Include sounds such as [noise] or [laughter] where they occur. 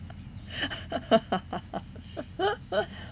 [laughs]